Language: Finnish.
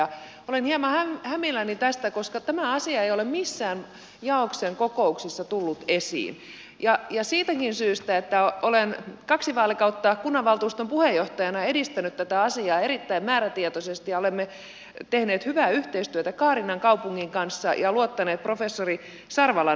olen hieman hämilläni tästä koska tämä asia ei ole missään jaoksen kokouksissa tullut esiin ja siitäkin syystä että olen kaksi vaalikautta kunnanvaltuuston puheenjohtajana edistänyt tätä asiaa erittäin määrätietoisesti ja olemme tehneet hyvää yhteistyötä kaarinan kaupungin kanssa ja luottaneet professori sarvalan asiantuntemukseen